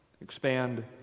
expand